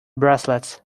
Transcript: bracelets